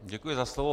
Děkuji za slovo.